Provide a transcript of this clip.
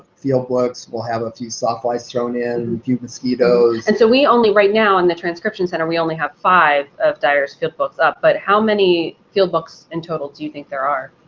field books will have a few sawflies thrown in, a few mosquitoes. and so we only right now in the transcription center, we only have five of dyar's field books up. but how many field books in total do you think there are?